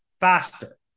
faster